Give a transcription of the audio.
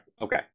Okay